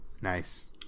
Nice